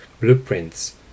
blueprints